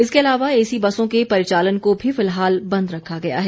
इसके अलावा एसी बसों के परिचालन को भी फिलहाल बंद रखा गया है